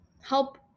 Help